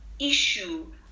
issue